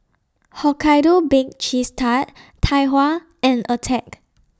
Hokkaido Baked Cheese Tart Tai Hua and Attack